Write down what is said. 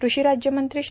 कृषी राज्यमंत्री श्री